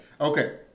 Okay